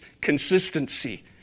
consistency